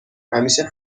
همیشه